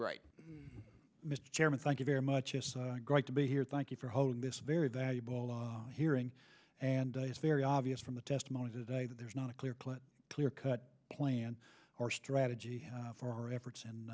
bright mr chairman thank you very much great to be here thank you for hosting this very valuable hearing and it's very obvious from the testimony today that there's not a clear clear clear cut plan or strategy for our efforts in